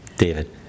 David